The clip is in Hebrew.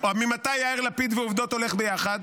אבל מה ההבדל בינך